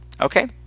Okay